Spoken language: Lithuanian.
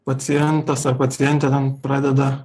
pacientas ar pacientė pradeda